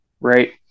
right